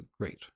great